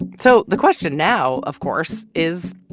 and so the question now, of course, is,